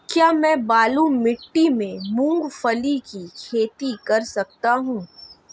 क्या मैं बालू मिट्टी में मूंगफली की खेती कर सकता हूँ?